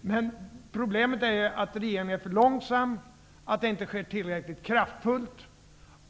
Men problemet är att regeringen är för långsam och att det som görs inte sker tillräckligt kraftfullt.